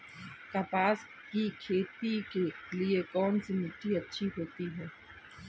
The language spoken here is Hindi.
कपास की खेती के लिए कौन सी मिट्टी अच्छी होती है?